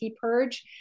purge